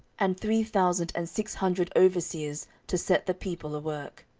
and three thousand and six hundred overseers to set the people a work.